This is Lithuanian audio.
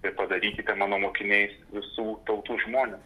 ir padarykite mano mokiniais visų tautų žmones